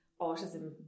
autism